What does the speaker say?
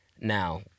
Now